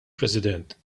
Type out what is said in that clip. president